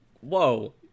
whoa